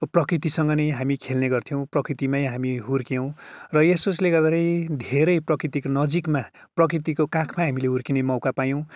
प्रकृतिसँग नै हामी खेल्ने गर्थ्यौँ प्रकृतिमै हामी हुर्कियौँ यसउसले गर्दाखेरि घेरै प्रकृतिको नजिकमा प्रकृतिको काखमा हामीले हुर्किने मौका पायौँ